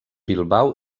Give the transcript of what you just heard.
bilbao